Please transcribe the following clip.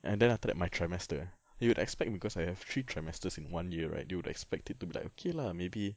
and then after that my trimester you'd would expect because I have three trimesters in one year right you would expect it to be like okay lah maybe